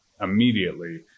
immediately